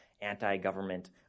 anti-government